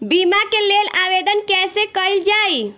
बीमा के लेल आवेदन कैसे कयील जाइ?